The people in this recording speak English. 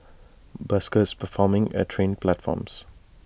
buskers performing at train platforms